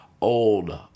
old